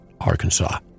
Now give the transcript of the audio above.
Arkansas